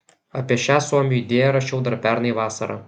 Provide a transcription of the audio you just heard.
apie šią suomių idėją rašiau dar pernai vasarą